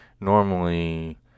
normally